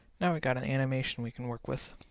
now we've got an animation we can work with.